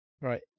Right